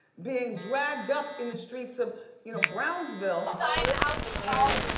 being dragged up in the streets of you know brownsville and